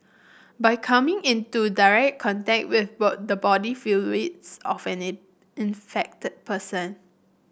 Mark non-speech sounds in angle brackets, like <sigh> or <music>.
by coming into direct contact <unintelligible> the body fluids of an infected person